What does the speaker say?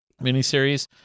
miniseries